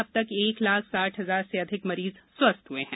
अब तक एक लाख साठ हजार से अधिक मरीज स्वस्थ हो चुके हैं